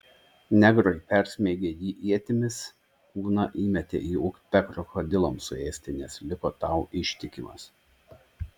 negrai persmeigę jį ietimis kūną įmetė į upę krokodilams suėsti nes liko tau ištikimas